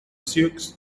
sioux